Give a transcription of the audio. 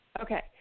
Okay